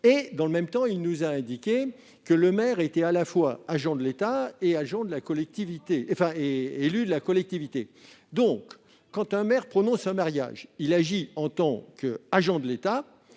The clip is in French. Dans le même temps, vous avez indiqué que le maire était à la fois agent de l'État et élu de la collectivité. Lorsqu'un maire célèbre un mariage, il officie en tant qu'agent de l'État.